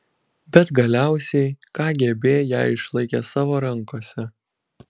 bet galiausiai kgb ją išlaikė savo rankose